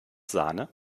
sahne